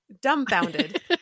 dumbfounded